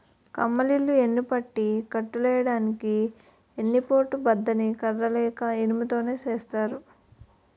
కమ్మలిల్లు యెన్నుపట్టి కట్టులెయ్యడానికి ఎన్ని పోటు బద్ద ని కర్ర లేక ఇనుము తోని సేత్తారు